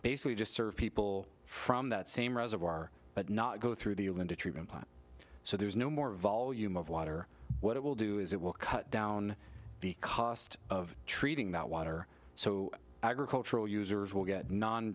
basically just serve people from that same reservoir but not go through the linda treatment plant so there is no more volume of water what it will do is it will cut down the cost of treating that water so agricultural users will get non